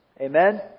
Amen